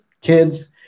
kids